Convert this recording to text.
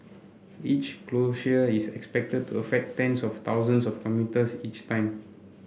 each closure is expected to affect tens of thousands of commuters each time